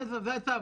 זה הצו.